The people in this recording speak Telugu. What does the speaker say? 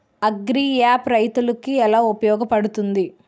అగ్రియాప్ రైతులకి ఏలా ఉపయోగ పడుతుంది?